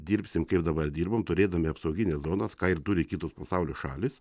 dirbsim kaip dabar dirbam turėdami apsaugines zonas ką ir turi kitos pasaulio šalys